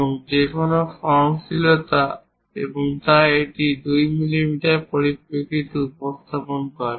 এবং যে কোনও সহনশীলতা এবং তাই এটি 2 মিলিমিটারের পরিপ্রেক্ষিতে উপস্থাপন করে